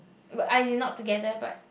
what I in not together but